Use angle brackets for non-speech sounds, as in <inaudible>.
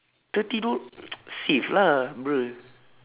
thirty doll~ <noise> save lah bruh